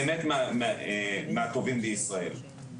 באמת מהטובים בישראל,